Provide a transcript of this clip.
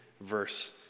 verse